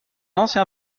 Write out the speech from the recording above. ancien